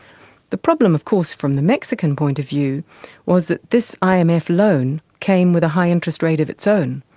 the problem of course from the mexican point of view was that this um imf loan came with a high interest rate of its own,